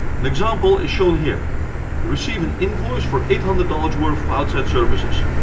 an example is shown here you receive an invoice for eight hundred dollars worth of outside services.